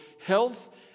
health